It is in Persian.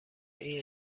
این